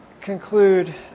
conclude